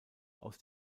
aus